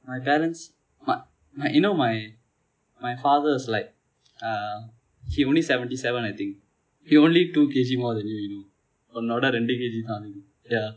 my parents my~ you know my my father is like uh he only seventy seven I think he only two K_G more than you you know உன்னோட இரண்டு:unnoda rendu K_G தான் கூட:thaan kuda